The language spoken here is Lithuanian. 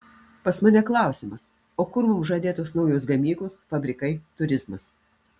pas mane klausimas o kur mums žadėtos naujos gamyklos fabrikai turizmas